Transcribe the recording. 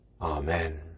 Amen